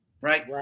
right